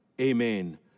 amen